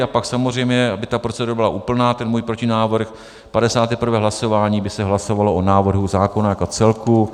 A pak samozřejmě, aby ta procedura byla úplná, ten můj protinávrh, 51. hlasování by se hlasovalo o návrhu zákona jako celku.